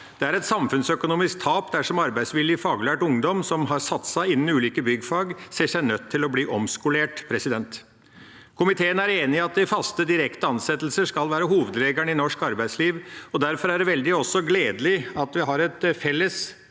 Det er et samfunnsøkonomisk tap dersom arbeidsvillig faglært ungdom som har satset innenfor ulike byggfag, ser seg nødt til å bli omskolert. Komiteen er enig i at faste, direkte ansettelser skal være hovedregelen i norsk arbeidsliv, og derfor er det også veldig gledelig at vi har et felles,